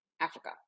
Africa